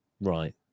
Right